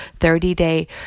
30-day